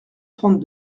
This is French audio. trente